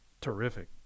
Terrific